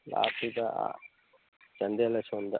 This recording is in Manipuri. ꯂꯥꯞꯄꯤꯗ ꯑꯥ ꯆꯥꯟꯗꯦꯜ ꯑꯁꯣꯝꯗ